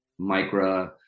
Micra